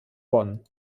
bonn